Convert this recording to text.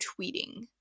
tweeting